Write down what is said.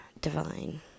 divine